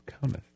cometh